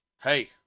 Hey